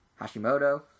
Hashimoto